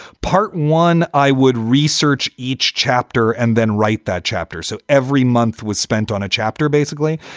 part one, i would research each chapter and then write that chapter. so every month was spent on a chapter basically.